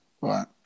Right